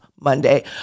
Monday